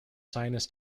sinus